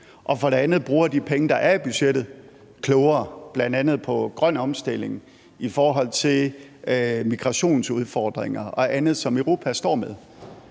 og for det andet bruger de penge, der er i budgettet, klogere, bl.a. på grøn omstilling og i forhold til migrationsudfordringer og andet, som Europa står med.